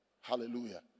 Hallelujah